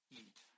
eat